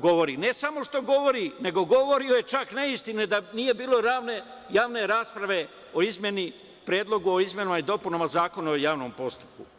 govori, ne samo što govori, nego govorio je čak neistine, da nije bilo javne rasprave o Predlogu o izmenama i dopunama Zakona o javnom postupku.